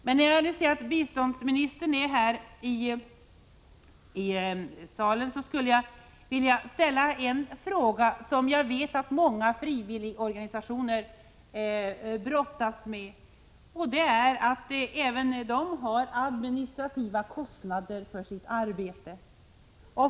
Jag ser att biståndsministern nu är i kammaren, och då vill jag ställa en fråga som jag vet att många frivilliga organisationer brottas med. Det är att även de har administrativa kostnader för sitt arbete.